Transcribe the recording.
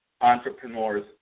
entrepreneurs